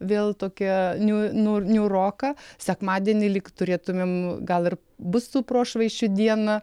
vėl tokia niu nu niūroka sekmadienį lyg turėtumėm gal ir bus tų prošvaisčių dieną